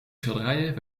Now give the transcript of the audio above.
schilderijen